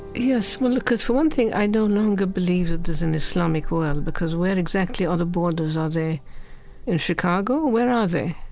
yes. well, look, for one thing, i no longer believe that there's an islamic world, because where exactly are the borders? are they in chicago? where are they?